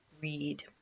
read